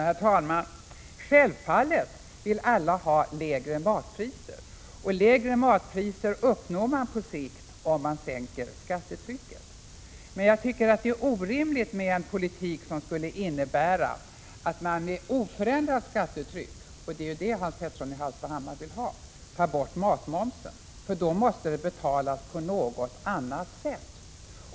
Herr talman! Självfallet vill alla ha lägre matpriser, och lägre matpriser uppnår man på sikt om man sänker skattetrycket. Men jag tycker att det är orimligt med en politik som skulle innebära att man med oförändrat skattetryck — och det är ju det Hans Petersson i Hallstahammar vill ha — tar bort matmomsen, för då måste det betalas på något annat sätt.